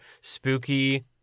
spooky